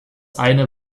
eine